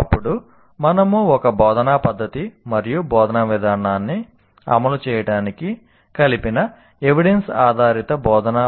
అప్పుడు మనము ఒక బోధనా పద్ధతి మరియు బోధనా విధానాన్ని అమలు చేయడానికి కలిపిన ఎవిడెన్స్ ఆధారిత బోధనా